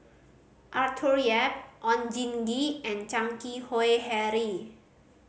Arthur Yap Oon Jin Gee and Chan Keng Howe Harry